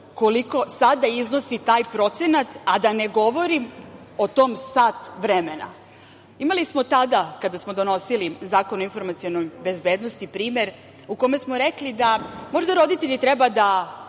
koliko sada iznosi taj procenat, a da ne govorim o tom sat vremena. Imali smo tada, kada smo donosili Zakon o informacionoj bezbednosti primer u kome smo rekli da možda roditelji treba da